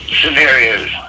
scenarios